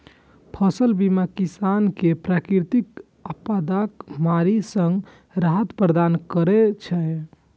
फसल बीमा किसान कें प्राकृतिक आपादाक मारि सं राहत प्रदान करै छै